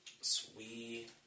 sweet